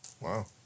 Wow